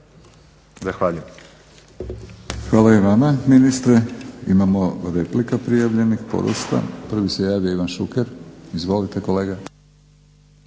Zahvaljujem.